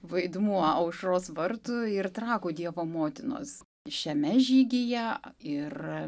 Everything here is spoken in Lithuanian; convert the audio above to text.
vaidmuo aušros vartų ir trakų dievo motinos šiame žygyje ir